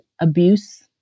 abuse